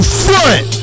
front